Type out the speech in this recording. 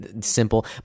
simple